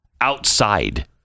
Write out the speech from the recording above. Outside